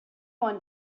one